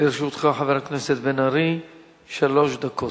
בן-ארי, לרשותך שלוש דקות.